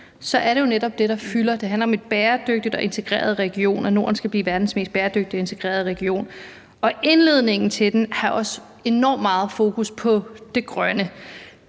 er det jo netop det, der fylder – det handler om en bæredygtig og integreret region, altså at Norden skal blive verdens mest bæredygtige og integrerede region. Og indledningen til den har også enormt meget fokus på det grønne.